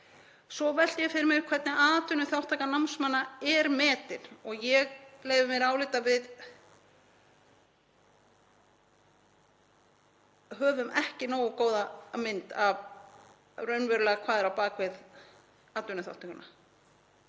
Svo velti ég fyrir mér hvernig atvinnuþátttaka námsmanna er metin og ég leyfi mér að álykta að við höfum ekki nógu góða mynd af því raunverulega hvað sé er á bak við atvinnuþátttökuna.